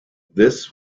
this